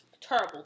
terrible